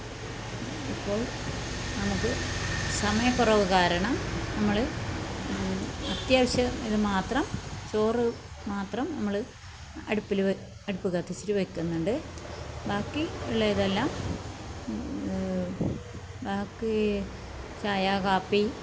ഇപ്പോൾ നമുക്ക് സമയക്കുറവ് കാരണം നമ്മൾ അത്യാവശ്യം ഇത് മാത്രം ചോറ് മാത്രം നമ്മൾ അടുപ്പില് വെ അടുപ്പ് കത്തിച്ചിട്ട് വെക്കുന്നതുകൊണ്ട് ബാക്കി ഉള്ളതെല്ലാം ബാക്കി ചായ കാപ്പി